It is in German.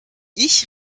ich